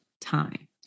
time